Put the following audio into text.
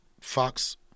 Fox